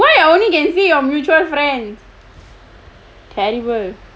where I only can see your mutual friend terrible